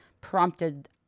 prompted